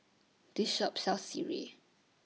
This Shop sells Sireh